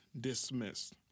dismissed